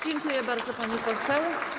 Dziękuję bardzo, pani poseł.